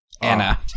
Anna